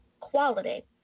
quality